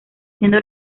siendo